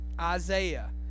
Isaiah